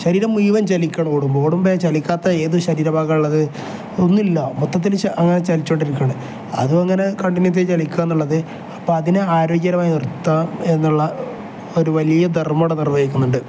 ശരീരം മുഴുവൻ ചലിക്കുകയാണ് ഓടുമ്പോൾ ഓടുമ്പം ചലിക്കാത്ത ഏത് ശരീര ഭാഗമാണുള്ളത് ഒന്നില്ല മൊത്തത്തിൽ അങ്ങനെ ചലിച്ചോണ്ടിരിക്കുകയാണ് അതും അങ്ങനെ കണ്ടിന്യൂ ത ചലിക്കുക എന്നുള്ളത് അപ്പം അതിനെ ആരോഗ്യപരമായി നിർത്താം എന്നുള്ള ഒരു വലിയ ധർമ്മം ഇവിടെ നിർവഹിക്കുന്നുണ്ട്